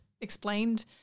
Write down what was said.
explained